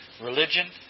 religion